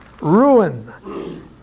ruin